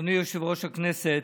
אדוני יושב-ראש הכנסת,